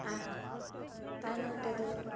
ᱟᱨ ᱛᱟᱭᱱᱚᱢ ᱛᱮᱫᱚ